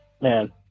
Man